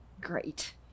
Great